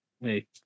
Hey